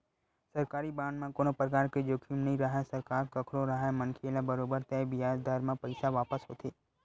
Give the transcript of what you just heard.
सरकारी बांड म कोनो परकार के जोखिम नइ राहय सरकार कखरो राहय मनखे ल बरोबर तय बियाज दर म पइसा वापस होथे